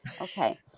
Okay